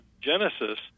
Genesis